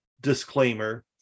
disclaimer